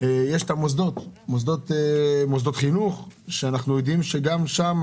יש מוסדות חינוך שגם שם